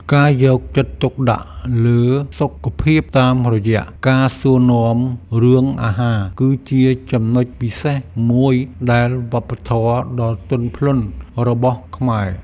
ការយកចិត្តទុកដាក់លើសុខភាពតាមរយៈការសួរនាំរឿងអាហារ គឺជាចំណុចពិសេសមួយនៃវប្បធម៌ដ៏ទន់ភ្លន់របស់ខ្មែរ។